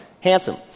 handsome